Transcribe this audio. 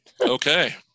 Okay